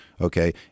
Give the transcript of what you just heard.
Okay